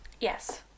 Yes